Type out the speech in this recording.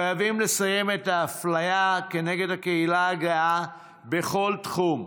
חייבים לסיים את האפליה כנגד הקהילה הגאה בכל תחום.